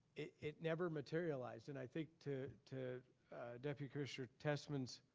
it never materialize. and i think to to deputy commissioner tessman's